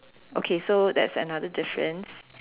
okay so that's another difference